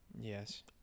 Yes